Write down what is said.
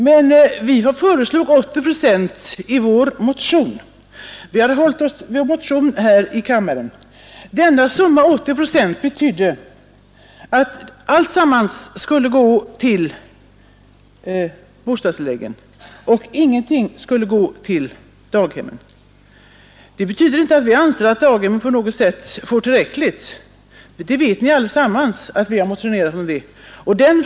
Men vi som föreslår 80 procent i vår motion anser att alltsammans skall gå till bostadstilläggen och ingenting till daghemmen i detta sammanhang. Det betyder inte att vi anser att daghemmen på något sätt får tillräckligt. Ni vet allesammans att vi har motionerat om bättre statligt stöd.